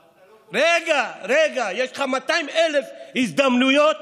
אבל אתה לא, רגע רגע, יש לך מאתיים אלף הזדמנויות